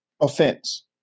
offense